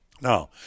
Now